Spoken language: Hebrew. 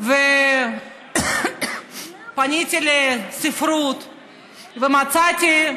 ופניתי לספרות ומצאתי,